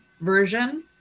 version